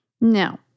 Now